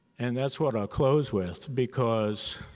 and that's what i'll close with because